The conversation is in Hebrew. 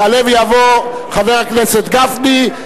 יעלה ויבוא חבר הכנסת גפני,